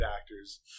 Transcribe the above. actors